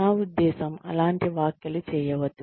నా ఉద్దేశ్యం అలాంటి వ్యాఖ్యలు చేయవద్దు